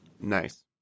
Nice